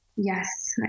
Yes